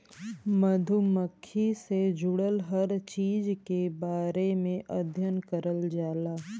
मधुमक्खी से जुड़ल हर चीज के बारे में अध्ययन करल जाला